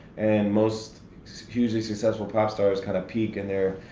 and most hugely successful pop stars kind of peak in their,